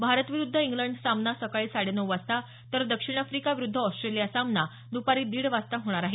भारत विरुद्ध इंग्लंड सामना सकाळी साडे नऊ वाजता तर दक्षिण आफ्रिका विरुद्ध ऑस्ट्रेलिया सामना दुपारी दीड वाजता होणार आहे